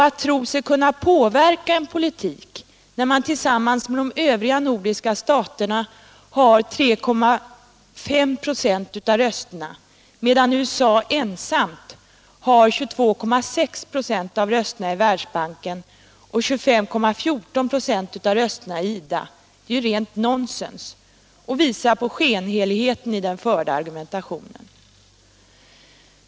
Att tro sig kunna påverka en politik när man tillsammans med de övriga nordiska staterna har 3,51 96 av rösterna medan USA ensamt har 22,6 96 av rösterna i Världsbanken och 25,14 96 av rösterna i IDA är rent nonsens och visar på skenheligheten i den förda argumentationen.